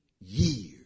years